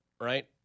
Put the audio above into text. right